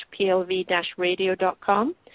plv-radio.com